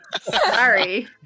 sorry